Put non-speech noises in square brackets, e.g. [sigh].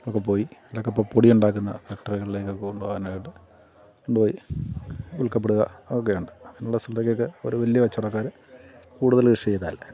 പോയി അതൊക്കെ പൊടി ഉണ്ടാക്കുന്ന ഫക്ടറികളിലേക്കൊക്കെ കൊണ്ടു പോകാനായിട്ട് കൊണ്ടു പോയി വിൽക്കപ്പെടുക ഒക്കെയുണ്ട് അങ്ങനെയുള്ള [unintelligible] ഒരു വലിയ കച്ചവടക്കാർ കൂടുതൽ കൃഷി ചെയ്താൽ